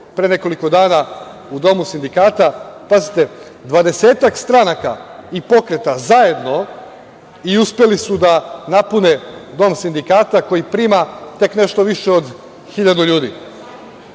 pre nekoliko dana u Domu sindikata. Pazite, dvadesetak stranaka i pokreta zajedno i uspeli su da napune Dom sindikata, koji prima tek nešto više od 1.000